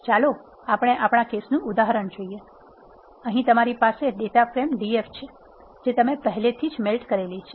ચાલો આપણે આપણા કેસનું ઉદાહરણ જોઈએ અહીં તમારી પાસે ડેટા ફ્રેમ Df છે જે તમે પહેલેથી મેલ્ટ કરેલી છે